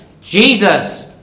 Jesus